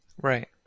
Right